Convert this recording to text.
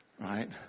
right